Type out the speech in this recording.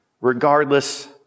regardless